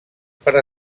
per